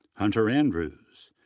hunter andrews.